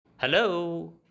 Hello